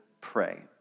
pray